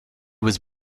was